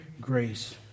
grace